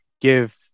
give